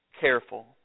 careful